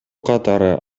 катары